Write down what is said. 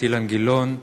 אילן גילאון,